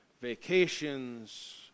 Vacations